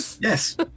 Yes